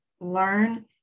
learn